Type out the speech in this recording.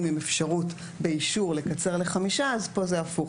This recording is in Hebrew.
עם אפשרות באישור לקצר לחמישה - פה זה הפוך.